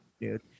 dude